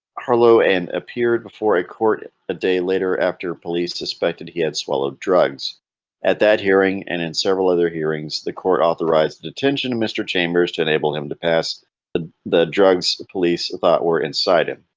hello and appeared before a court a day later after police suspected he had swallowed drugs at that hearing and in several other hearings the court authorized the detention of mr. chambers to enable him to pass the the drugs police thought were inside him,